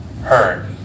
heard